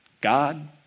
God